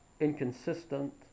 inconsistent